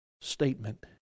statement